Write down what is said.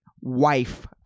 wife